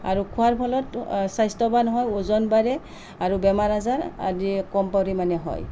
আৰু খোৱাৰ ফলত স্বাস্থ্যবান হয় ওজন বাঢ়ে আৰু বেমাৰ আজাৰ আদি কম পৰিমাণে হয়